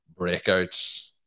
breakouts